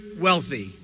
wealthy